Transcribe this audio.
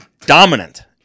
Dominant